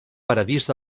paradís